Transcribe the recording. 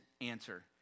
answer